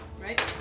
right